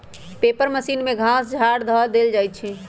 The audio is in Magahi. पेपर मशीन में घास झाड़ ध देल जाइ छइ